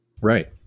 Right